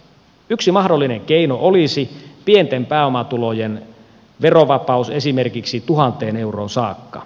yksi mahdollinen keino olisi pienten pääomatulojen verovapaus esimerkiksi tuhanteen euroon saakka